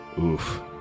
Oof